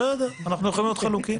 בסדר, אנחנו יכולים להיות חלוקים.